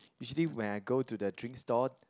usually when I go to the drink stall